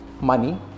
money